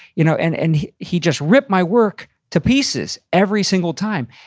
you know and and he just ripped my work to pieces every single time.